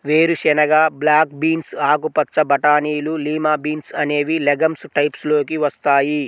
వేరుశెనగ, black beans, ఆకుపచ్చ బటానీలు, లిమా బీన్స్ అనేవి లెగమ్స్ టైప్స్ లోకి వస్తాయి